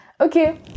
okay